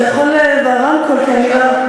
אתה יכול ברמקול, כי אני לא,